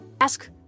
Ask